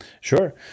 Sure